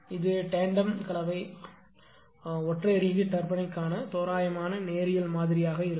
இது டேன்டெம் கலவை ஒற்றை ரீஹீட் டர்பைனுக்கான தோராயமான நேரியல் மாதிரியாக இருக்கும்